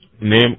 name